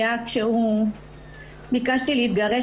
היה כשביקשתי להתגרש.